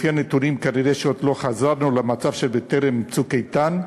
לפי הנתונים כנראה עוד לא חזרנו למצב שהיה טרם "צוק איתן"